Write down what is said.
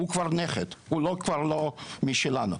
הוא כבר נכד, כבר לא משלנו.